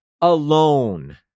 alone